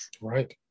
right